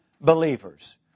believers